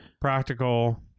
Practical